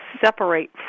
separate